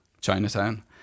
Chinatown